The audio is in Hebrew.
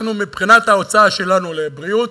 אנחנו, מבחינת ההוצאה שלנו על בריאות,